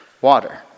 water